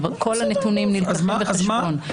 כל הנתונים נלקחים בחשבון.